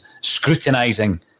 scrutinising